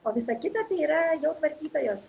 o visa kita yra jau tvarkytojos